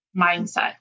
mindset